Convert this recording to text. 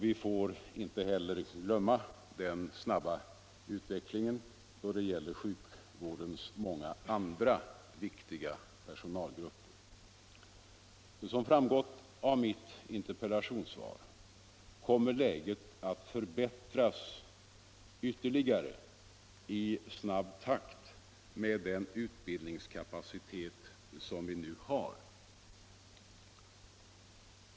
Vi får inte heller glömma den snabba utvecklingen då det gäller sjukvårdens många andra viktiga personalgrupper. Som framgått av mitt interpellationssvar kommer läget att förbättras ytterligare i snabb takt med den utbildningskapacitet som vi nu har.